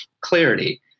clarity